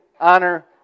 honor